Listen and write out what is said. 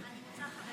אני רוצה אחרי.